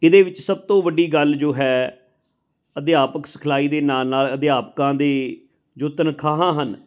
ਇਹਦੇ ਵਿੱਚ ਸਭ ਤੋਂ ਵੱਡੀ ਗੱਲ ਜੋ ਹੈ ਅਧਿਆਪਕ ਸਿਖਲਾਈ ਦੇ ਨਾਲ ਨਾਲ ਅਧਿਆਪਕਾਂ ਦੇ ਜੋ ਤਨਖਾਹਾਂ ਹਨ